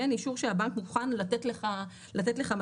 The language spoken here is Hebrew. אישור שהבנק מוכן לתת לך משכנתא.